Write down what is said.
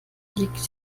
liegt